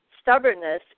stubbornness